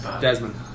Desmond